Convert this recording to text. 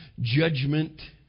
judgment